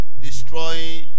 destroying